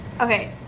Okay